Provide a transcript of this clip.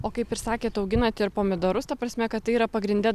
o kaip ir sakėt auginat ir pomidorus ta prasme kad tai yra pagrinde